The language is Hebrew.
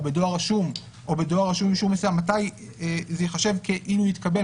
בדואר רשום או בדואר רשום עם אישור מסירה מתי זה ייחשב כאילו התקבל,